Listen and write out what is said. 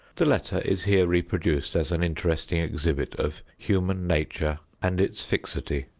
the letter is here reproduced as an interesting exhibit of human nature and it fixity.